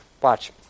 Watch